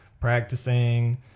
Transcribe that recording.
practicing